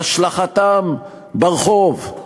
השלכתם ברחוב,